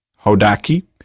Hodaki